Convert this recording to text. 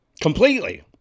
completely